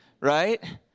right